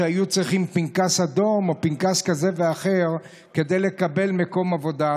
כשהיו צריכים פנקס אדום או פנקס כזה או אחר כדי לקבל מקום עבודה.